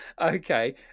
Okay